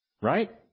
Right